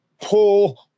pull